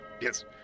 Yes